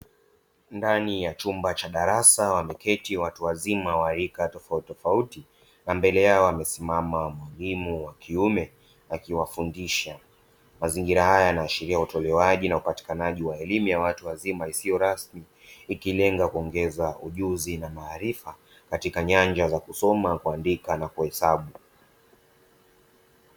Ndani ya chumba cha darasa, wameketi watu wazima wa rika tofautitofauti na mbele yao amesimama mwalimu wa kiume akiwafundisha. Mazingira haya yanaashiria utolewaji na upatikanaji wa elimu ya watu wazima isiyo rasmi, ikilenga kuongeza ujuzi na maarifa katika nyanja za kusoma, kuandika na kuhesabu.